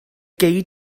gei